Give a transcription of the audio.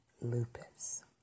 lupus